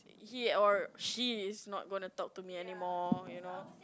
he or she is not gonna talk to me anymore you know